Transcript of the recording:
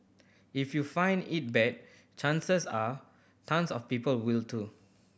if you find it bad chances are tons of people will too